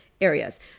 areas